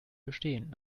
bestehen